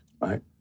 Right